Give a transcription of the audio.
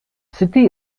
city